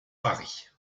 paris